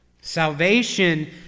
Salvation